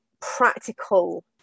practical